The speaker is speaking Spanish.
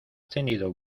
tenido